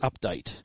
update